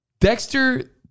Dexter